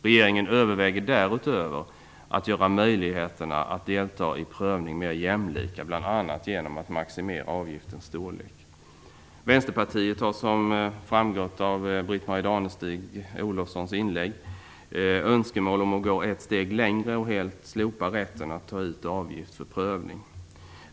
Regeringen överväger därutöver att göra möjligheterna att delta i prövning mer jämlika, bl.a. genom att maximera avgiftens storlek. Vänsterpartiet har, vilket framgått av Britt-Marie Danestig-Olofssons inlägg, önskemål om att gå ett steg längre och helt slopa rätten att ta ut avgift för prövning.